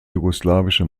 jugoslawische